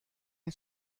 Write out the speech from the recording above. این